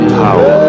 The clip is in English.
power